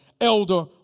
Elder